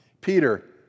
Peter